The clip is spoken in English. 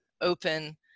open